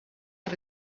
els